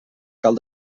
cal